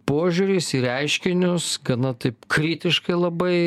požiūris į reiškinius kada taip kritiškai labai